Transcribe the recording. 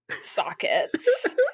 sockets